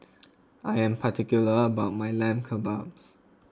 I am particular about my Lamb Kebabs